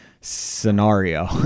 scenario